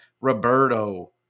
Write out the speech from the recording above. Roberto